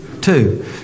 Two